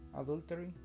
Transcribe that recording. adultery